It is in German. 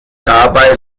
dabei